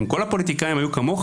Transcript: אם כל הפוליטיקאים היו כמוך,